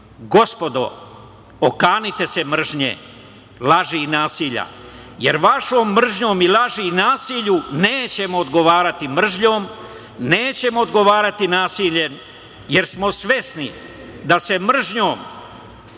okanite se mržnje, laži i nasilja jer vašom mržnjom i lažima i nasilju nećemo odgovarati mržnjom, nećemo odgovarati nasiljem jer smo svesni da se mržnjom